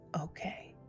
okay